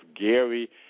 Gary